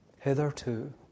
Hitherto